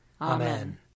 Amen